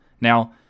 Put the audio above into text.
Now